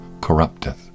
corrupteth